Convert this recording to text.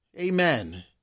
Amen